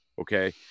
Okay